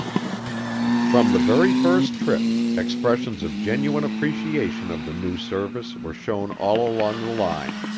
from the very first trip, expressions of genuine appreciation of the new service were shown all along the line.